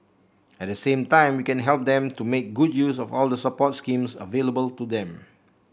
at the same time we can help them to make good use of all the support schemes available to them